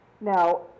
now